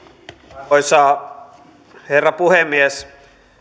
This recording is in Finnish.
arvoisa herra puhemies